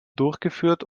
durchgeführt